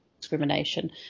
discrimination